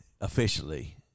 officially